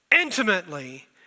intimately